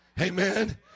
Amen